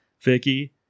vicky